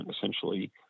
essentially